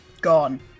gone